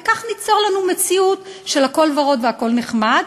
וכך ניצור לנו מציאות של הכול ורוד והכול נחמד,